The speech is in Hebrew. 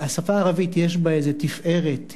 השפה הערבית יש בה איזה תפארת,